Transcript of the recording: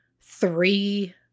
three